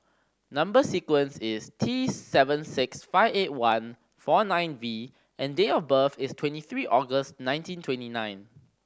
number sequence is T seven six five eight one four nine V and date of birth is twenty three August nineteen twenty nine